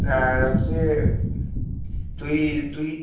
আর হচ্ছে তুই তুই